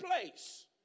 place